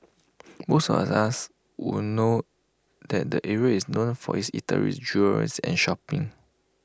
most of us would know that the area is known for its eateries jewellers and shopping